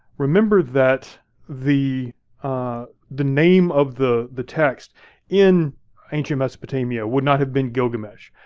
remember that the ah the name of the the text in ancient mesopotamia would not have been gilgamesh.